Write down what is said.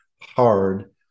hard